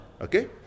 Okay